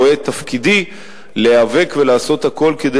רואה את תפקידי להיאבק ולעשות הכול כדי